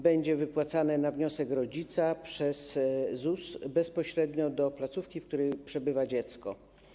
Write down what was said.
Będzie wypłacane na wniosek rodzica przez ZUS bezpośrednio do placówki, w której przebywa dziecko.